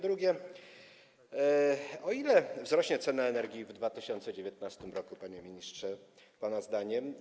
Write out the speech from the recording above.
Drugie: O ile wzrośnie cena energii w 2019 r., panie ministrze, pana zdaniem?